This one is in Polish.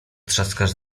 trzaskasz